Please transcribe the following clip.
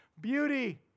Beauty